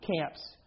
camps